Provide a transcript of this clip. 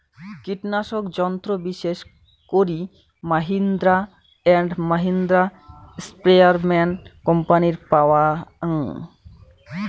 কীটনাশক যন্ত্র বিশেষ করি মাহিন্দ্রা অ্যান্ড মাহিন্দ্রা, স্প্রেয়ারম্যান কোম্পানির পাওয়াং